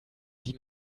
die